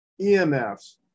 emfs